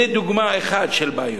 זו דוגמה אחת לבעיות.